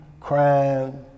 crime